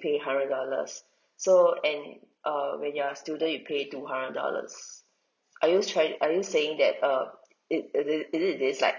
pay hundred dollars so and uh when you are student you pay two hundred dollars are you trying are you saying that uh it this like